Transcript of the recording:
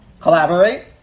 collaborate